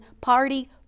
party